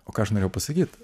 o ką aš norėjau pasakyt